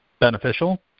beneficial